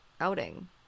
outing